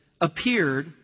appeared